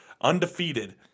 Undefeated